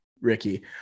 ricky